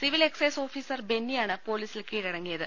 civil excise officer ് ബെന്നിയാണ് പോലീസിൽ കീഴടങ്ങിയത്